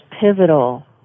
pivotal